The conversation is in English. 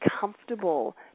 comfortable